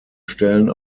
stellen